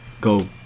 Go